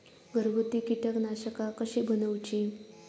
घरगुती कीटकनाशका कशी बनवूची?